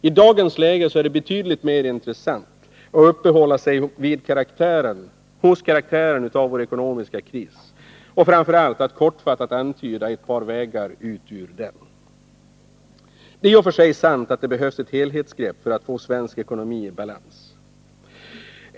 I dagens läge är det betydligt mer intressant att uppehålla sig vid karaktären av vår ekonomiska kris och framför allt att kortfattat antyda ett par vägar ut ur den. Det är i och för sig sant att det behövs ett helhetsgrepp för att få svensk ekonomi i balans.